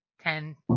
ten